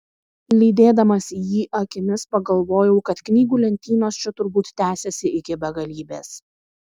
lydėdamas jį akimis pagalvojau kad knygų lentynos čia turbūt tęsiasi iki begalybės